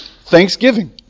Thanksgiving